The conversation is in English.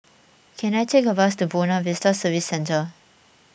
can I take a bus to Buona Vista Service Centre